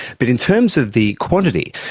but in terms of the quantity,